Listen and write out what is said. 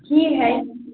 हीयै है